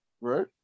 Right